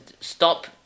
stop